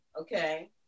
okay